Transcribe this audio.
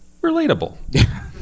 relatable